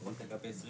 לפחות לגבי 2020,